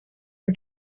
are